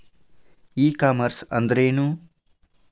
E commerce ಅಂದ್ರೇನು?